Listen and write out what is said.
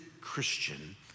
Christian